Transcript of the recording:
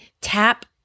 tap